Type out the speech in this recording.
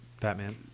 Batman